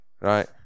right